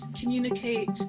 communicate